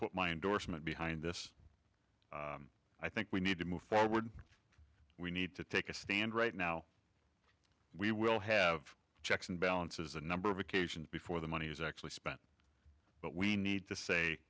put my endorsement behind this i think we need to move forward we need to take a stand right now we will have checks and balances a number of occasions before the money has actually spent but we need to say